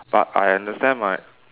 but I understand my